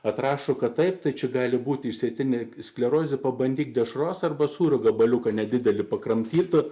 atrašo kad taip tai čia gali būti išsėtinė sklerozė pabandyk dešros arba sūrio gabaliuką nedidelį pakramtyti